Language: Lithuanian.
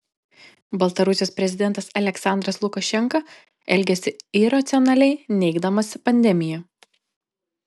baltarusijos prezidentas aliaksandras lukašenka elgiasi iracionaliai neigdamas pandemiją